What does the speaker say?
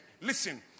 listen